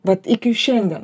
vat iki šiandien